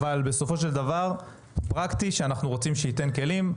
אבל בסופו של דבר פרקטי שאנחנו רוצים שייתן כלים.